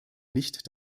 nicht